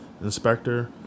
inspector